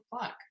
fuck